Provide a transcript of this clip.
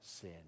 sin